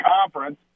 Conference